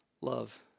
love